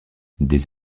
des